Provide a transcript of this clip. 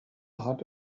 hat